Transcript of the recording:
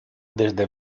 desde